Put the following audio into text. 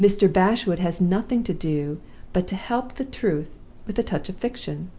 mr. bashwood has nothing to do but to help the truth with a touch of fiction.